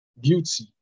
beauty